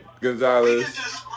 Gonzalez